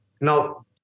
Now